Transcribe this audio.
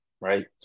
right